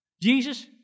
Jesus